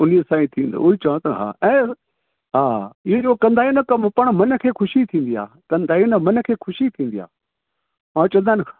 उन सां ई थींदो उहा ई चवां थो हा हा ईअं जो कंदा आहियूं न पाण मन खे ख़ुशी थींदी आहे कमु करे न मन खे ख़ुशी थींदी आहे ऐं चवंदा आहिनि